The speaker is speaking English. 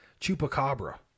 chupacabra